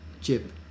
chip